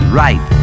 right